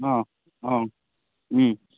অঁ অঁ